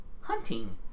Hunting